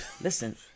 Listen